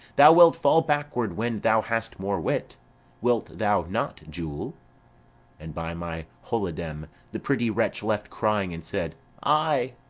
thou wilt fall backward when thou hast more wit wilt thou not, jule and, by my holidam, the pretty wretch left crying, and said ay.